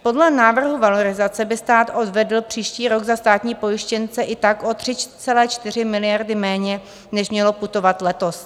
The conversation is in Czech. Podle návrhu valorizace by stát odvedl příští rok za státní pojištěnce i tak o 3,4 miliardy méně, než mělo putovat letos.